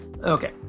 Okay